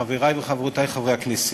חברי וחברותי חברי הכנסת,